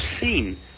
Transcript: seen